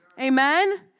Amen